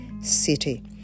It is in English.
city